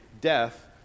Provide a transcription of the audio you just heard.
death